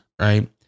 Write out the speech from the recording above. right